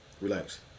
Relax